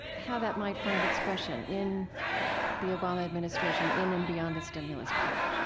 how that might find expression in the obama administration in and beyond the stimulus package